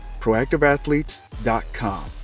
proactiveathletes.com